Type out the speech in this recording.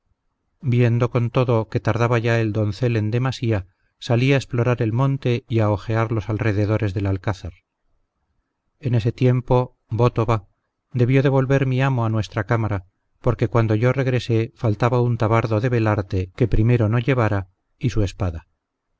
viendo con todo que tardaba ya el doncel en demasía salí a explorar el monte y a ojear los alrededores del alcázar en ese tiempo voto va debió de volver mi amo a nuestra cámara porque cuando yo regresé faltaba un tabardo de velarte que primero no llevara y su espada